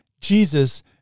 Jesus